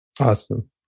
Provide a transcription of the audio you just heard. Awesome